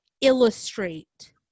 illustrate